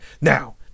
now